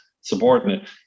subordinate